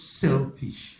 selfish